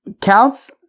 counts